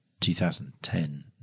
2010